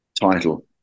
title